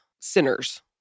sinners